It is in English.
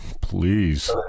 please